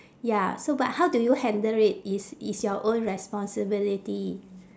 ya so but how do you handle it is is your own responsibility